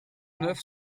neuf